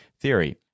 theory